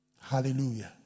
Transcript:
Hallelujah